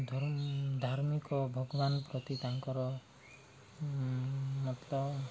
ଧର୍ମ ଧାର୍ମିକ ଭଗବାନ ପ୍ରତି ତାଙ୍କର ମତ